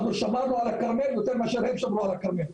אנחנו שמרנו על הכרמל יותר מאשר הם שמרו על הכרמל.